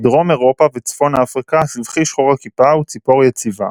בדרום אירופה וצפון אפריקה הסבכי שחור-הכיפה הוא ציפור יציבה.